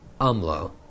Umlo